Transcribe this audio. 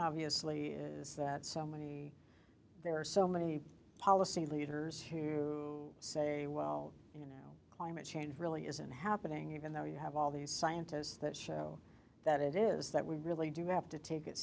obviously is that so many there are so many policy leaders who say well you know climate change really isn't happening even though you have all these scientists that it is that we really do have to take it